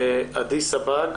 עדי סבג,